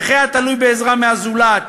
נכה התלוי בעזרה מהזולת,